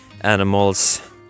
animals